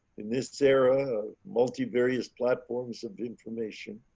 in this era multi various platforms of information.